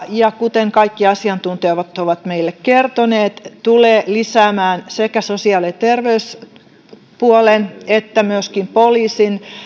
ja kuten kaikki asiantuntijat ovat meille kertoneet tulee lisäämään sekä sosiaali ja terveyspuolen että myöskin poliisin